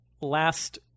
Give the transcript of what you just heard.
last